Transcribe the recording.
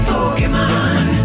Pokemon